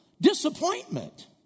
disappointment